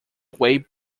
way